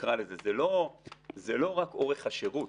זה לא רק אורך השירות,